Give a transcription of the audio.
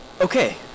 Okay